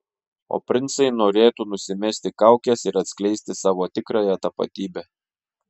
o princai norėtų nusimesti kaukes ir atskleisti savo tikrąją tapatybę